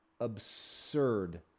absurd